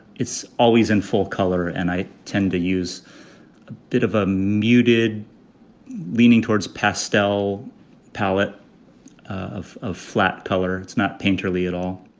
it's always in full color. and i tend to use a bit of a muted leaning towards pastel palette of a flat color. it's not painterly at all.